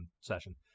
session